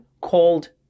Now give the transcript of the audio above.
called